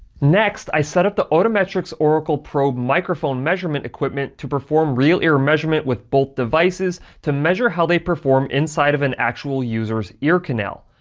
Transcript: next, i set up the otometrics oracle probe microphone measurement equipment to perform real ear measurement with both devices to measure how they perform inside of an actual user's ear canal.